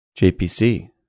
JPC